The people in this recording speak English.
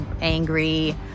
angry